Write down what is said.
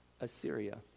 Assyria